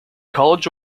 college